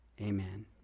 Amen